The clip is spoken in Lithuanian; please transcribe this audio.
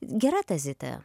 gera ta zita